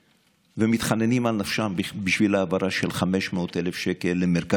ואני שמח שחבר הכנסת גפני לא אישר ולא הצביע על זה